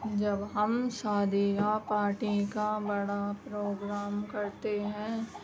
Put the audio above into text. جب ہم شادی کا پارٹی کا بڑا پروگرام کرتے ہیں